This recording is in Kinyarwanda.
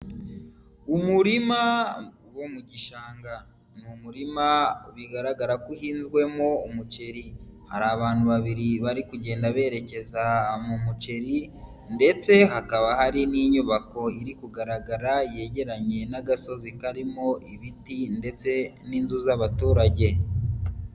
Umurima wo mu gishanga, ni umurima bigaragara ko uhinzwemo umuceri. Hari abantu babiri bari kugenda berekeza mu muceri ndetse hakaba hari n'inyubako iri kugaragara yegeranye n'agasozi karimo ibiti ndetse n'inzu z'abaturage.